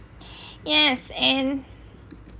yes and